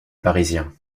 parisien